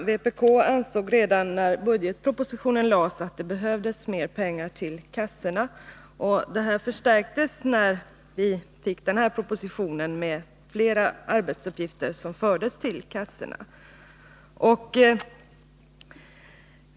Herr talman! Redan när budgetpropositionen framlades ansåg vpk att det behövdes mer pengar till försäkringskassorna. Detta vårt intryck förstärktes när vi i propositionen kunde läsa att fler arbetsuppgifter hade förts över till kassorna.